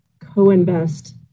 co-invest